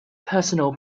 personnel